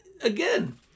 again